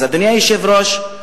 אדוני היושב-ראש,